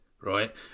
right